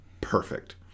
perfect